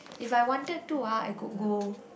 if I wanted to ah I could go